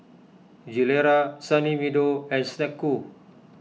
Gilera Sunny Meadow and Snek Ku